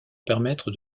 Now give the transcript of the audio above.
permettre